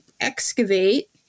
excavate